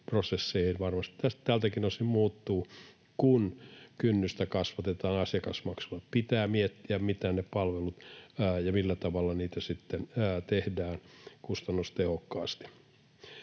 tältäkin osin muuttuu, kun kynnystä kasvatetaan asiakasmaksuilla, eli pitää miettiä, mitä ne palvelut ovat ja millä tavalla niitä tehdään kustannustehokkaasti.